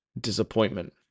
disappointment